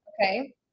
okay